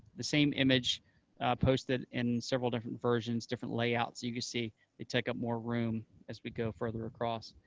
the same image posted in several different versions, different layouts. you can see you take up more room as we go further across.